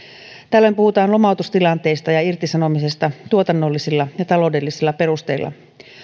tällöin puhutaan lomautustilanteista ja irtisanomisesta tuotannollisilla ja ja taloudellisilla perusteilla